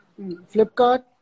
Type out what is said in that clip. Flipkart